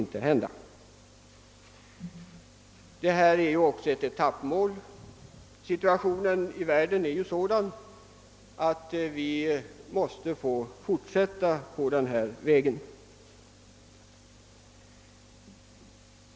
Det uppsatta målet är ju också ett etappmål, och situationen ute i världen är sådan att vi måste fortsätta på den inslagna vägen.